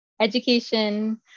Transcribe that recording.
education